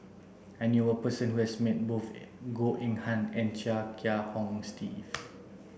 I knew a person who has met both Goh Eng Han and Chia Kiah Hong Steve